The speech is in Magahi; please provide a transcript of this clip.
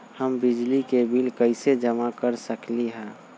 हम बिजली के बिल कईसे जमा कर सकली ह?